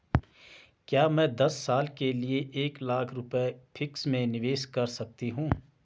क्या मैं दस साल के लिए एक लाख रुपये फिक्स में निवेश कर सकती हूँ?